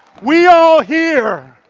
we all here,